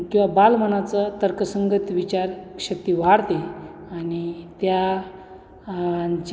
किंवा बालमनाचा तर्कसंगत विचारशक्ती वाढते आणि त्यांच्या